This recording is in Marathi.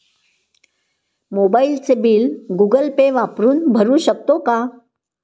मोबाइलचे बिल गूगल पे वापरून भरू शकतो का?